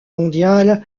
mondiale